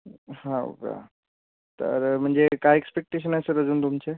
हाव का तर म्हणजे काय एक्सपेक्टेशन आहे सर अजून तुमचे